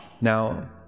Now